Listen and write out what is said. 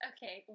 Okay